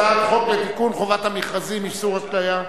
הצעת חוק לתיקון חובת המכרזים (איסור אפליה,